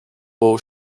bowl